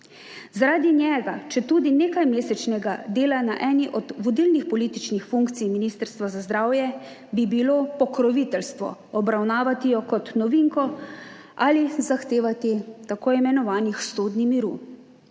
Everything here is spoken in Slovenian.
Zaradi njega, četudi nekajmesečnega dela na eni od vodilnih političnih funkcij ministrstva za zdravje, bi bilo pokroviteljstvo obravnavati jo kot novinko ali zahtevati t. i. sto dni miru.